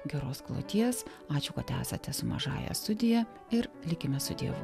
geros kloties ačiū kad esate su mažąja studija ir likime su dievu